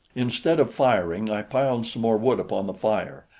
instead of firing, i piled some more wood upon the fire,